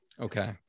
Okay